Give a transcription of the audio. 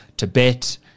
Tibet